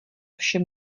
všem